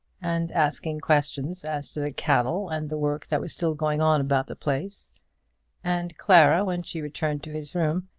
and asking questions as to the cattle and the work that was still going on about the place and clara, when she returned to his room,